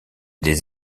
des